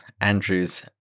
Andrew's